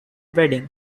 wedding